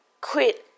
quit